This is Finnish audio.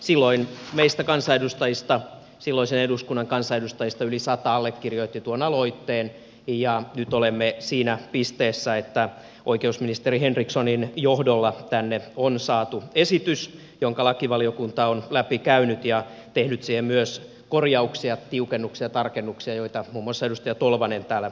silloin meistä silloisen eduskunnan kansanedustajista yli sata allekirjoitti tuon aloitteen ja nyt olemme siinä pisteessä että oikeusministeri henrikssonin johdolla tänne on saatu esitys jonka lakivaliokunta on läpikäynyt ja tehnyt siihen myös korjauksia tiukennuksia tarkennuksia joita muun muassa edustaja tolvanen täällä esille toi